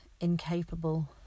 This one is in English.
incapable